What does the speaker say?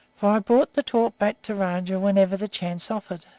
for i brought the talk back to rajah whenever the chance offered.